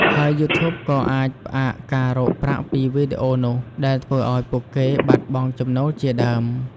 ហើយយូធូបក៏អាចផ្អាកការរកប្រាក់ពីវីដេអូនោះ ដែលធ្វើឲ្យពួកគេបាត់បង់ចំណូលជាដើម។